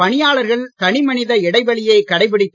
பணியாளர்கள் தனிமனித இடைவெளியைக் கடைபிடித்து